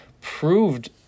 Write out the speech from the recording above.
proved